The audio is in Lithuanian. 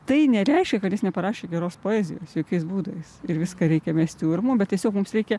tai nereiškia kad jis neparašė geros poezijos jokiais būdais ir viską reikia mesti urmu bet tiesiog mums reikia